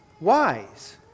wise